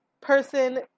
person